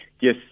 Yes